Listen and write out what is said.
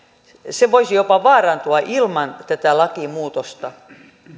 voisi jopa vaarantua ilman tätä lakimuutosta